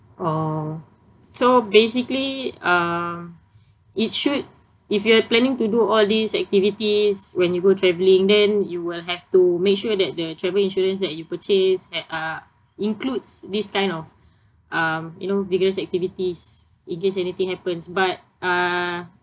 oh so basically uh it should if you're planning to do all these activities when you go traveling then you will have to make sure that the travel insurance that you purchased at uh includes this kind of um you know vigorous activities in case anything happens but uh